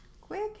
Quick